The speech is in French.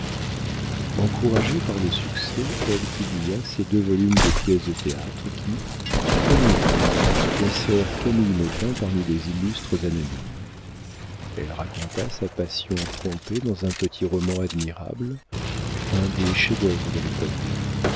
encouragée par le succès elle publia ses deux volumes de pièces de théâtre qui du premier coup placèrent camille maupin parmi les illustres anonymes elle raconta sa passion trompée dans un petit roman admirable un des chefs-d'œuvre de l'époque